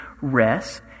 rest